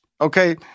Okay